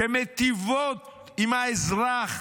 שמיטיבות עם האזרח,